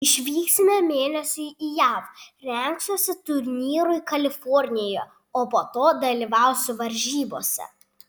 išvyksime mėnesiui į jav rengsiuosi turnyrui kalifornijoje o po to dalyvausiu varžybose